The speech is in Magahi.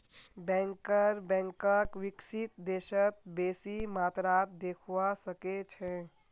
बैंकर बैंकक विकसित देशत बेसी मात्रात देखवा सके छै